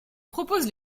propose